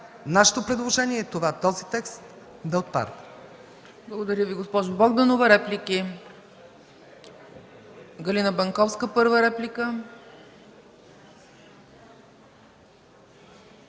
Нашето предложение е този текст да отпадне.